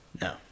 No